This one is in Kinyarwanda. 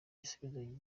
gisubizo